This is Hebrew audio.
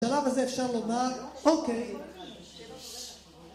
בשלב הזה אפשר לומר, אוקיי...